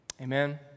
Amen